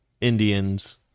Indians